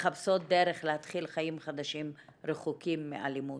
מחפשות דרך להתחיל חיים חדשים רחוקים מאלימות.